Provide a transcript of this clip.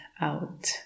out